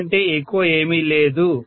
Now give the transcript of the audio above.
దాని కంటే ఎక్కువ ఏమీ లేదు